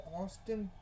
austin